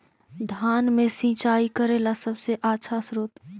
धान मे सिंचाई करे ला सबसे आछा स्त्रोत्र?